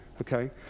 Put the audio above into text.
Okay